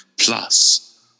plus